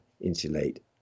insulate